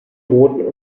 roten